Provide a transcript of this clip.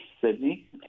Sydney